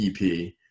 EP